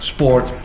Sport